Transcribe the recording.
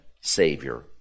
Savior